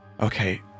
Okay